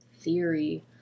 theory